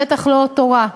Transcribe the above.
בטח שלא תורה,